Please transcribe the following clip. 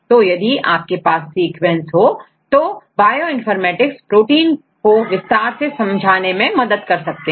तो यदि आपके पास सीक्वेंस हो तो बायोइनफॉर्मेटिक्स प्रोटीन को विस्तार से समझने में मदद कर सकते हैं